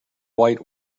white